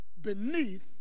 beneath